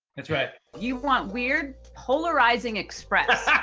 that's right. you want weird? polarizing express.